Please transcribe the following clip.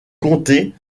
comté